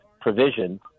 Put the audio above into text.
provision